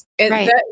Right